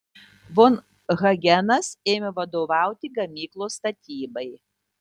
von hagenas ėmė vadovauti gamyklos statybai